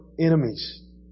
enemies